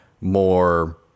more